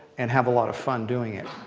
and have a lot of fun doing it.